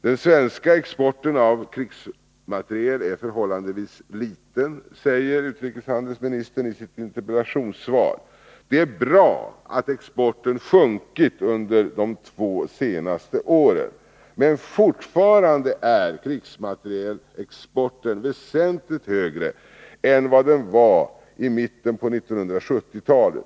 Den svenska exporten av krigsmateriel är förhållandevis liten, säger utrikeshandelsministern i sitt interpellationssvar. Det är bra att exporten minskat under de två senaste åren. Men fortfarande är krigsmaterielexporten väsentligt högre än vad den var i mitten på 1970-talet.